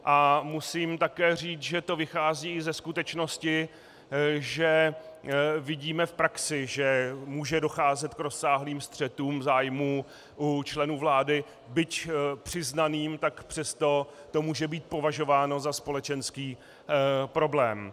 A musím také říct, že to vychází ze skutečnosti, že vidíme v praxi, že může docházet k rozsáhlým střetům zájmů u členů vlády, byť přiznaným, tak přesto to může být považováno za společenský problém.